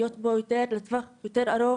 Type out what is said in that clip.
להיות בו לטווח יותר ארוך